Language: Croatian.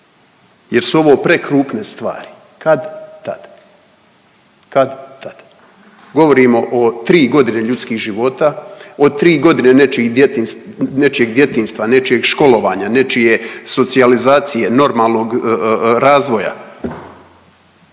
jer su ovo prekrupne stvari kad-tad. Kad-tad. Govorimo o 3.g. ljudskih života, o 3.g. nečijeg djetinjstva, nečijeg školovanja, nečije socijalizacije normalnog razvoja,